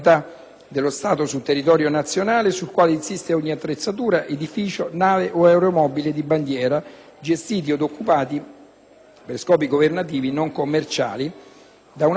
per scopi governativi non commerciali da una delle parti e stabilisce la responsabilità della conduzione delle ispezioni in capo allo Stato che la riceve.